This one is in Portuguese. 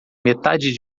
metade